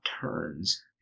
turns